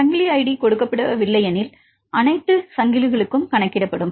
சங்கிலி ஐடி குறிப்பிடப்படவில்லை எனில் அனைத்து சங்கிலிகளுக்கும் கணக்கிடப்படும்